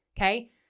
Okay